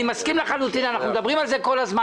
אני מסכים לחלוטין, אנחנו מדברים על זה כל הזמן.